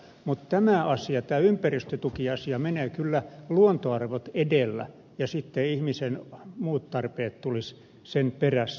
mutta ympäristötukiasiassa menee kyllä luontoarvot edellä ja ihmisen muut tarpeet tulisivat sen perässä